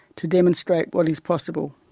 to demonstrate what is possible.